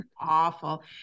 awful